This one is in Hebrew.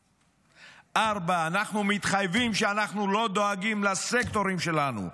4. אנחנו מתחייבים שאנחנו לא דואגים לסקטורים שלנו.